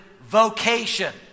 vocation